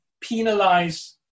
penalize